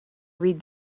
read